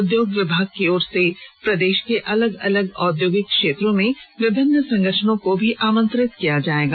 उद्योग विभाग की ओर से प्रदेश के अलग अलग औद्योगिक क्षेत्रों से विभिन्न संगठनों को भी आमंत्रित किया जाएगा